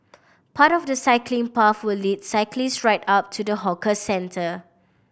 part of the cycling path will lead cyclists right up to the hawker centre